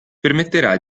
permetterà